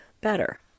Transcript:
better